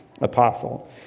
apostle